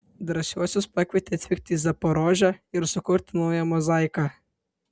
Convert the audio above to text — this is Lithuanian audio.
drąsiuosius pakvietė atvykti į zaporožę ir sukurti naują mozaiką